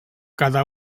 cada